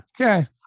Okay